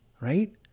right